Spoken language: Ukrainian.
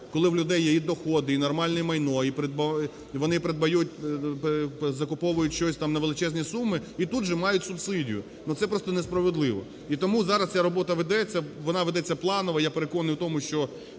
коли у людей є і доходи, і нормальне майно, і вони закуповують щось там на величезні суми, і тут же мають субсидію. Ну, це просто несправедливо. І тому зараз ця робота ведеться, вона ведеться планово. Я переконаний у тому, що